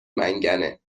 منگنه